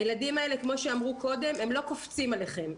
הילדים האלה, כמו שאמרו קודם, הם לא קופצים עליכם.